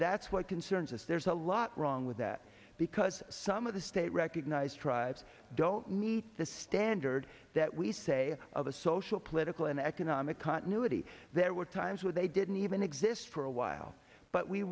that's what concerns us there's a lot wrong with that because some of the state recognized tribes don't need the standard that we say of a social political and economic continuity there were times where they didn't even exist for a while but we